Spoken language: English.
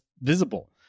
visible